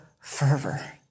fervor